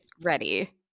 ready